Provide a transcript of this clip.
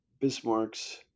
Bismarck's